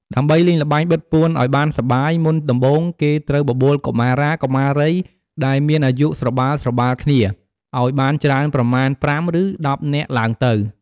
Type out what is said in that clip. ដើម្បីលេងល្បែងបិទពួនឱ្យបានសប្បាយ មុនដំបូងគេត្រូវបបួលកុមារា កុមារីដែលមានអាយុស្របាលៗគ្នា ឱ្យបានច្រើនប្រមាណ ៥ ឬ ១០នាក់ឡើងទៅ។